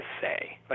say